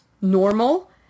normal